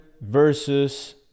versus